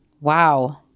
Wow